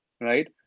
Right